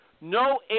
No